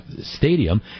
stadium